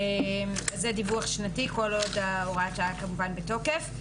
זה דיווח שנתי, כל עוד הוראת השעה כמובן בתוקף.